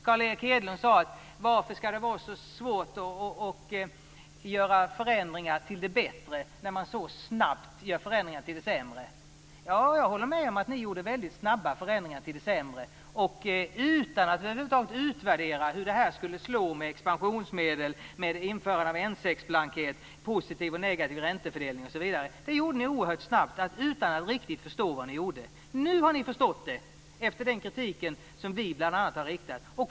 Carl Erik Hedlund undrade varför det var så svårt att göra förändringar till det bättre när man så snabbt gör förändringar till det sämre. Jag håller med om att ni gjorde väldigt snabba förändringar till det sämre utan att över huvud taget utvärdera hur expansionsmedlen, införande av N 6-blankett, positiv och negativ räntefördelning osv. skulle slå. Det gjorde ni oerhört snabbt utan att riktigt förstå vad ni gjorde. Nu har ni förstått det efter den kritik som bl.a. vi har riktat.